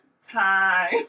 time